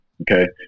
Okay